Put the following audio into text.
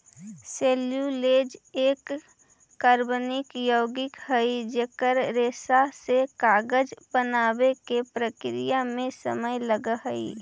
cellulose एक कार्बनिक यौगिक हई जेकर रेशा से कागज बनावे के प्रक्रिया में समय लगऽ हई